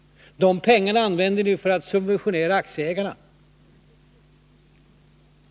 De pengarna använder ni för att subventionera aktieägarna.